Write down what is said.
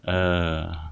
err